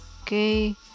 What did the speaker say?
okay